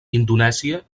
indonèsia